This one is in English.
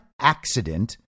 accident